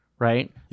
Right